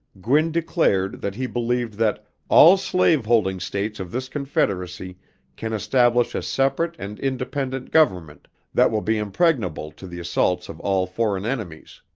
gwin declared, that he believed that all slave holding states of this confederacy can establish a separate and independent government that will be impregnable to the assaults of all foreign enemies.